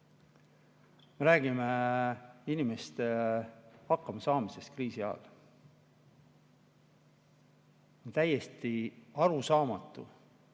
Me räägime inimeste hakkamasaamisest kriisi ajal. Täiesti arusaamatu,